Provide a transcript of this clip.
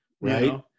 Right